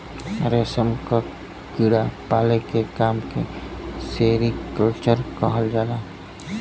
रेशम क कीड़ा पाले के काम के सेरीकल्चर कहल जाला